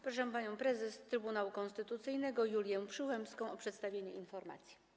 Proszę panią prezes Trybunału Konstytucyjnego Julię Przyłębską o przedstawienie informacji.